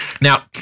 Now